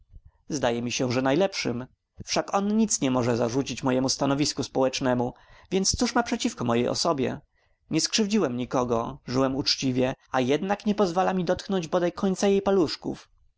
zdaje mi się że najlepszym wszak on nic nie może zarzucić mojemu stanowisku społecznemu więc cóż ma przeciwko mojej osobie nie skrzywdziłem nikogo żyłem uczciwie a jednak nie pozwala mi dotknąć bodaj końca jej paluszków